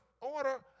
order